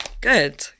Good